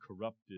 corrupted